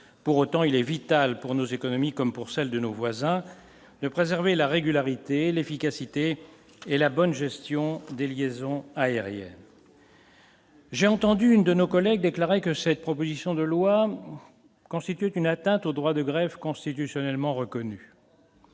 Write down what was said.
pour autant, il est vital pour nos économies, comme pour celle de nos voisins, de préserver la régularité, l'efficacité et la bonne gestion des liaisons aériennes. J'ai entendu une de nos collègues, déclarait que cette proposition de loi constitue une atteinte au droit de grève constitutionnellement reconnu.